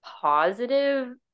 positive